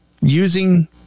using